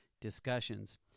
discussions